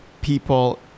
people